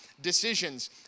decisions